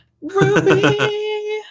Ruby